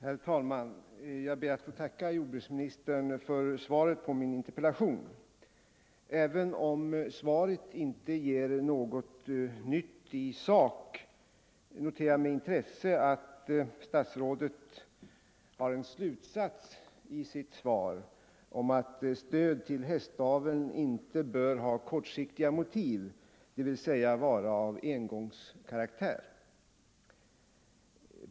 Herr talman! Jag ber att få tacka jordbruksministern för svaret på min interpellation. Även om svaret inte ger något nytt i sak, noterar jag med intresse att statsrådet har en slutsats om att stöd till hästaveln. inte bör ha kortsiktiga motiv, inte vara av engångskaraktär.